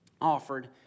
offered